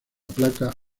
placa